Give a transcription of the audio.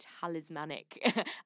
talismanic